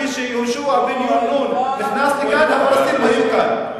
גם כשיהושע בן נון נכנס לכאן הפלסטינים היו כאן.